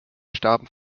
starben